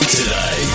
today